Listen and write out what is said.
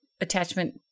attachment